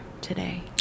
today